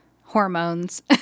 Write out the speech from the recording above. hormones